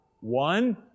One